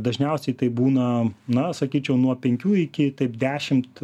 dažniausiai taip būna na sakyčiau nuo penkių iki dešimt